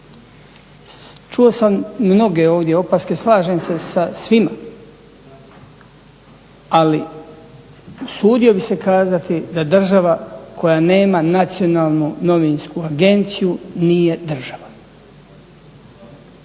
Čuo sam mnoge ovdje opaske, slažem se sa svima, ali usudio bih se kazati da država koja nema Nacionalnu novinsku agenciju nije država,